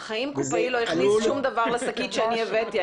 בחיים קופאי לא הכניס שום דבר לשקית שאני הבאתי,